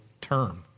term